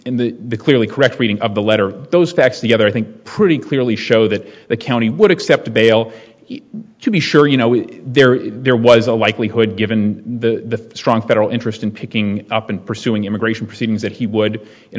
in the clearly correct reading of the letter those facts the other i think pretty clearly show that the county would accept a bail to be sure you know if there if there was a likelihood given the strong federal interest in picking up and pursuing immigration proceedings that he would in